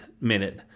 minute